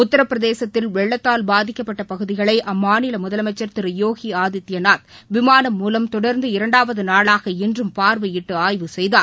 உத்தரப்பிரதேசத்தில் வெள்ளத்தால் பாதிக்கப்பட்ட பகுதிகளை அம்மாநில முதலமைச்சர் யோகி ஆதித்யா நாத் விமான மூலம் தொடர்ந்து இரண்டாவது நாளாக இன்றும் பார்வையிட்டு ஆய்வு செய்தார்